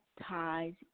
ties